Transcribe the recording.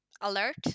alert